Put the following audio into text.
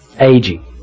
aging